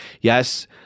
Yes